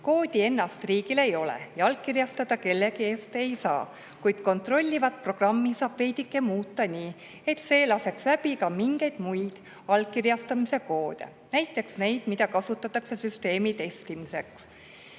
Koodi ennast riigil ei ole ja allkirjastada kellegi eest ei saa, kuid kontrollivat programmi saab veidike muuta, nii et see laseks läbi ka mingeid muid allkirjastamise koode, näiteks neid, mida kasutatakse süsteemi testimiseks.